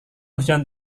hujan